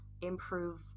improve